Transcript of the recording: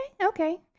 Okay